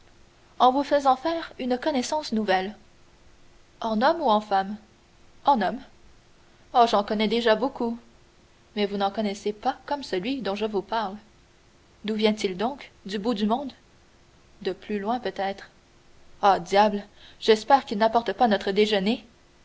en vous faisant faire une connaissance nouvelle en homme ou en femme en homme oh j'en connais déjà beaucoup mais vous n'en connaissez pas comme celui dont je vous parle d'où vient-il donc du bout du monde de plus loin peut-être ah diable j'espère qu'il n'apporte pas notre déjeuner